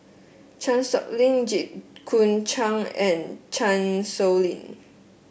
Chan Sow Lin Jit Koon Ch'ng and Chan Sow Lin